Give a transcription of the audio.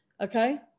okay